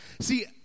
see